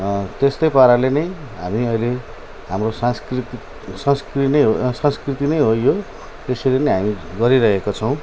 त्यस्तै पाराले नै हामी अहिले हाम्रो सांस्कृतिक संस्कृति नै हो संस्कृति नै हो यो त्यसरी नै हामी गरिरहेका छौँ